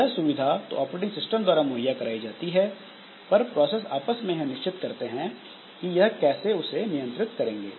यह सुविधा तो ऑपरेटिंग सिस्टम द्वारा मुहैया कराई जाती है पर प्रोसेस आपस में यह निश्चित करते हैं कि यह कैसे उसे नियंत्रित करेंगे